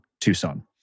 Tucson